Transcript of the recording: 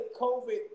COVID